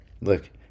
look